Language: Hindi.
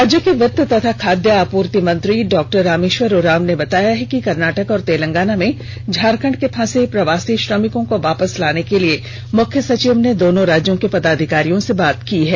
राज्य के वित्त तथा खाद्य आपूर्ति मंत्री डॉक्टर रामेष्वर उरांव ने बताया कि कर्नाटक और तेलंगाना में झारखंड के फंसे प्रवासी श्रमिकों को वापस लाने के लिए मुख्य सचिव ने दोनों राज्यों के पदाधिकारियों से बात की है